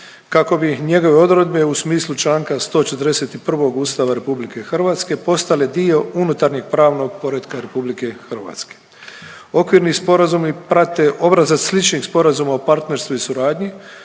kako bi njegove odredbe u smislu Članka 141. Ustava RH postale dio unutarnjeg pravnog poretka RH. Okvirni sporazumi prate obrazac sličnih sporazuma o partnerstvu i suradnji